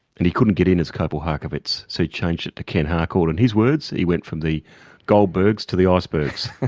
and he couldn't get in as kopel harkowitz, so he changed it to ken harcourt and his words he went from the goldbergs to the icebergs.